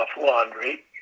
laundry